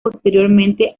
posteriormente